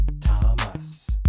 Thomas